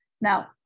Now